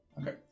Okay